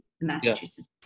Massachusetts